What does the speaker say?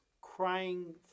crying